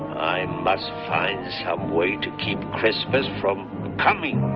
i must find some way to keep christmas from coming!